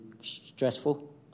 stressful